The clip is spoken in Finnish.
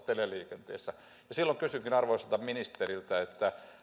teleliikenteessä silloin kysynkin arvoisalta ministeriltä